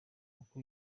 uko